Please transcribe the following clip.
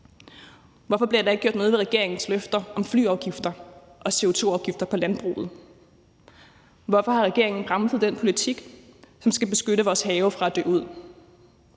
Hvorfor bliver der ikke gjort noget ved regeringens løfter om flyafgifter og CO2-afgifter på landbruget? Hvorfor har regeringen bremset den politik, som skal beskytte vores have mod at dø ud?